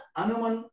anuman